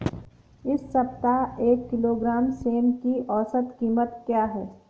इस सप्ताह एक किलोग्राम सेम की औसत कीमत क्या है?